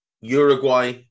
Uruguay